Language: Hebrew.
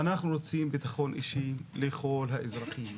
אנחנו רוצים ביטחון אישי לכל האזרחים,